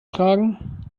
tragen